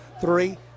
three